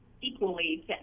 equally